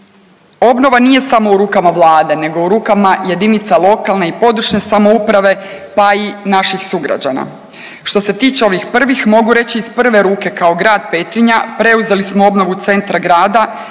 obnova nije samo u rukama Vlade nego u rukama JLPS, pa i naših sugrađana. Što se tiče ovih prvih mogu reći iz prve ruke, kao grad Petrinja preuzeli smo obnovu centra grada,